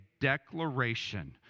declaration